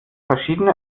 verschiedene